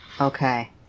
Okay